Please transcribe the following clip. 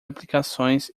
aplicações